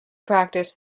practice